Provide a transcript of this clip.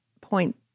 point